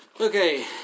Okay